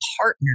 partner